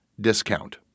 discount